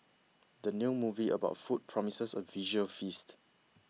the new movie about food promises a visual feast